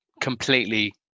completely